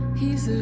he's